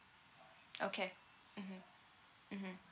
okay mmhmm mmhmm